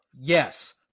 yes